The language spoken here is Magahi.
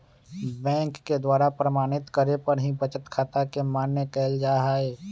बैंक के द्वारा प्रमाणित करे पर ही बचत खाता के मान्य कईल जाहई